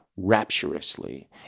rapturously